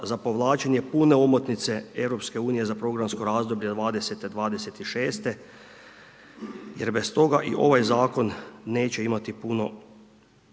za povlačenje pune omotnice EU za programsko razdoblje '20. '26. jer bez toga i ovaj zakon neće biti puno